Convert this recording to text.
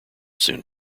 soon